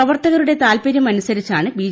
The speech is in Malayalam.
പ്രവർത്തകരുടെ താൽപര്യമനുസരിച്ചാണ് ബി